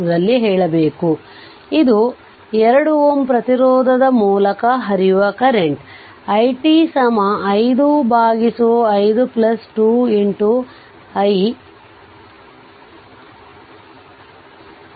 ಆದ್ದರಿಂದ ಇದು ಈ 2 Ω ಪ್ರತಿರೋಧದ ಮೂಲಕ ಹರಿಯುವ current i t 5 5 2 i 1t